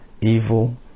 evil